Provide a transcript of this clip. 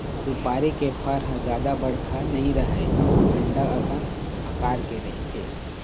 सुपारी के फर ह जादा बड़का नइ रहय अउ अंडा असन अकार के रहिथे